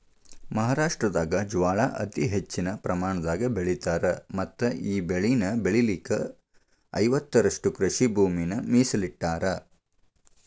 ಮಹಾರಾಷ್ಟ್ರದಾಗ ಜ್ವಾಳಾ ಅತಿ ಹೆಚ್ಚಿನ ಪ್ರಮಾಣದಾಗ ಬೆಳಿತಾರ ಮತ್ತಈ ಬೆಳೆನ ಬೆಳಿಲಿಕ ಐವತ್ತುರಷ್ಟು ಕೃಷಿಭೂಮಿನ ಮೇಸಲಿಟ್ಟರಾ